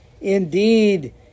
indeed